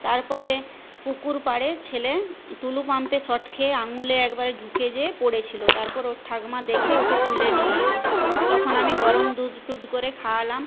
তারপরে পুকুর পাড়ে ছেলে টুলু পাম্পে শর্ট খেয়ে আঙুলে একবারে ঢুকে যেয়ে পড়েছিলো তারপর ওর ঠাকুমা দেখে ওকে তুলে নিয়ে এলো তখন আমি গরম দুধ টুধ করে খাওয়ালাম